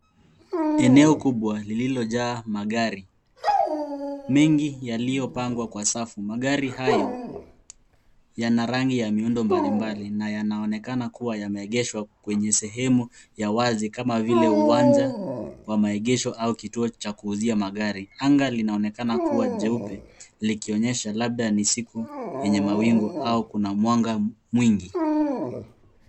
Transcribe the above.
Eneo kubwa lililojaa magari mengi yaliyopangwa kwa safu, magari hayo yana rangi ya miundo mbalimbali na yanaonekana kuwa yameegeshwa kwenye sehemu ya wazi kama vile uwanja wa maegesho au kituo cha kuuzia magari. Anga linaonekana kuwa jeupe likionyesha labda ni siku yenye mawingu au kuna mwanga mwingi.